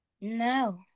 No